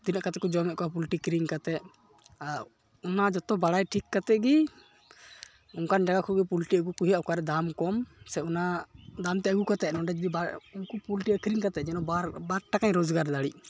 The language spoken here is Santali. ᱛᱤᱱᱟᱹᱜ ᱠᱟᱛᱮᱫᱠᱚ ᱡᱚᱢᱮᱫ ᱠᱚᱣᱟ ᱯᱩᱞᱴᱤ ᱠᱤᱨᱤᱧ ᱠᱟᱛᱮᱫ ᱟᱨ ᱚᱱᱟ ᱡᱚᱛᱚ ᱵᱟᱲᱟᱭ ᱴᱷᱤᱠ ᱠᱟᱛᱮᱫᱜᱮ ᱚᱝᱠᱟᱱ ᱡᱟᱭᱜᱟ ᱠᱷᱚᱡᱜᱮ ᱯᱩᱞᱴᱤ ᱟᱹᱜᱩᱠᱚ ᱦᱩᱭᱩᱜᱼᱟ ᱚᱠᱟᱨᱮ ᱫᱟᱢ ᱠᱚᱢ ᱥᱮ ᱚᱱᱟ ᱫᱟᱢᱛᱮ ᱟᱹᱜᱩ ᱠᱟᱛᱮᱫ ᱱᱚᱸᱰᱮ ᱡᱚᱫᱤ ᱩᱱᱠᱩ ᱯᱩᱞᱴᱤ ᱟᱹᱠᱷᱨᱤᱧ ᱠᱟᱛᱮᱫ ᱡᱮᱱᱚ ᱵᱟᱨ ᱵᱟᱨ ᱴᱟᱠᱟᱧ ᱨᱚᱡᱽᱜᱟᱨ ᱫᱟᱲᱮᱜ